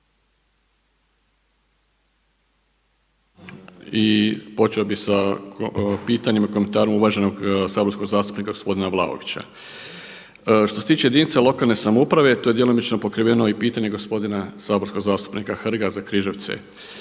i počeo bi sa pitanjem i komentarom uvaženog saborskog zastupnika gospodina Vlaovića. Što se tiče jedinica lokalne samouprave to je djelomično pokriveno i pitanje gospodina saborskog zastupnika Hrga za Križevce.